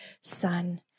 Son